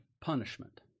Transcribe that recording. punishment